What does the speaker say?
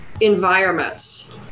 environments